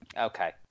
Okay